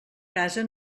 casa